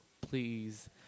please